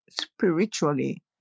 spiritually